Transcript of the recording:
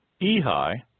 Ehi